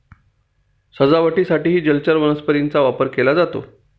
सजावटीसाठीही जलचर वनस्पतींचा वापर केला जातो